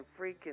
freaking